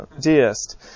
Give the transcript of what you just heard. deist